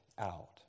out